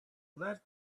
let